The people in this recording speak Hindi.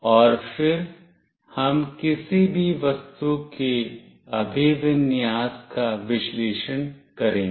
और फिर हम किसी भी वस्तु के अभिविन्यास का विश्लेषण करेंगे